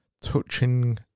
touching